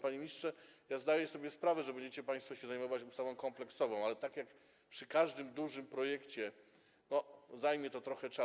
Panie ministrze, ja zdaję sobie sprawę, że będziecie państwo zajmować się ustawą kompleksową, ale tak jak przy każdym dużym projekcie, zajmie to trochę czasu.